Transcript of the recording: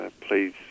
please